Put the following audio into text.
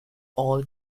all